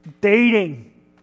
Dating